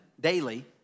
daily